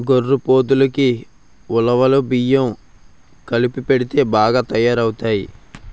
గొర్రెపోతులకి ఉలవలు బియ్యం కలిపెడితే బాగా తయారవుతాయి